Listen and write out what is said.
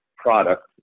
product